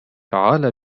تعال